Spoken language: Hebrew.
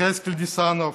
יחזקאל ניסנוב,